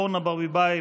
אורנה ברביבאי,